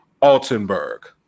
Altenberg